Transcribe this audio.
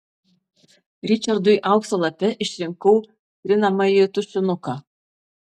ričardui aukso lape išrinkau trinamąjį tušinuką